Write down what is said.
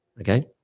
okay